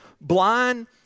blind